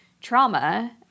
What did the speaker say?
trauma